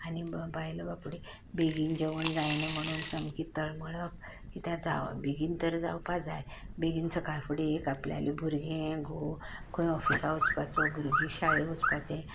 आनी बायलां बाबडी बेगीन जेवण जायना म्हणून सामकी तळमळप कित्याक बेगीन तर जावपाक जाय बेगीन सकाळ फुडें एक आपल्यालें भुरगें घोव खंय ऑफिसाक वचपाचो भुरगीं शाळें वचपाचें